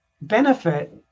benefit